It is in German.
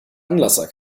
anlasser